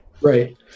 Right